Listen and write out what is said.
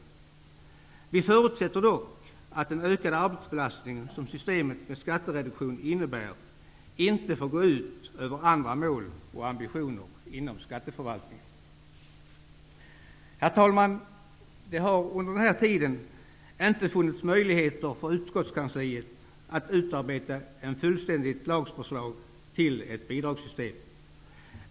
Vi förutsätter dock att den ökade arbetsbelastning som systemet med skattereduktion innebär inte får gå ut över andra mål och ambitioner inom skatteförvaltningen. Herr talman! Det har under den här tiden inte funnits möjligheter för utskottskansliet att utarbeta ett fullständigt lagförslag om ett bidragssystem.